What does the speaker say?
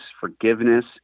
forgiveness